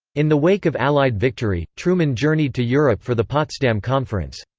in the wake of allied victory, truman journeyed to europe for the potsdam conference.